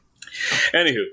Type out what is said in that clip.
Anywho